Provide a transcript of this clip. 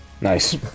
Nice